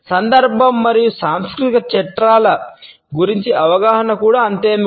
సందర్భం మరియు సాంస్కృతిక చట్రాల గురించి అవగాహన కూడా అంతే ముఖ్యం